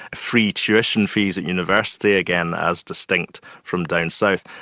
free tuition fees at university again as distinct from down south,